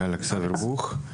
אני אלכס אברבוך,